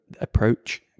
approach